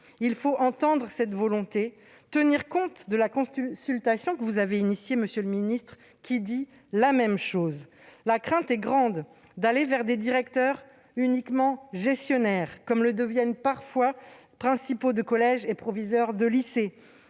Il faut entendre cette volonté, tenir compte de la consultation que vous avez lancée, monsieur le ministre, et dont la conclusion est la même. En effet, la crainte est grande d'aller vers des directeurs uniquement gestionnaires, comme le deviennent parfois les principaux de collèges et les proviseurs de lycées,